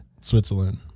Switzerland